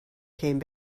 came